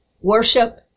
worship